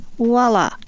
Voila